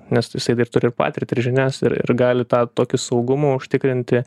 nes jisai dar turi ir patirtį ir žinias ir ir gali tą tokį saugumą užtikrinti